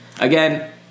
again